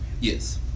Yes